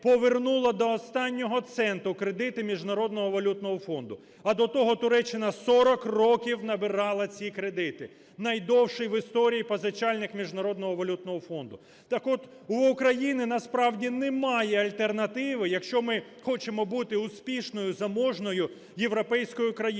повернула до останнього центу кредити Міжнародного валютного фонду, а до того Туреччина 40 років набирала ці кредити – найдовший в історії позичальник Міжнародного валютного фонду. Так от, у України, насправді, немає альтернативи, якщо ми хочемо бути успішною, заможною європейською країною,